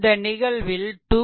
இந்த நிகழ்வில் 2